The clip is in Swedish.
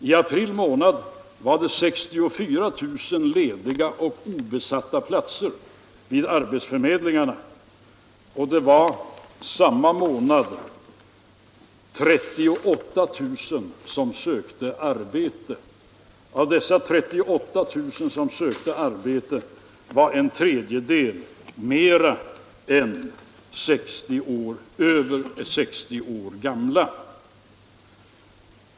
I april var det 64 000 lediga och obesatta platser vid arbetsförmedlingarna, och det var samma månad 38 000 som sökte arbete. Av dessa 38 000 som sökte arbete var en tredjedel över 60 år gamla.